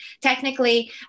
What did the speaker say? technically